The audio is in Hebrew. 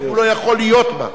רק הוא לא יכול להיות בה,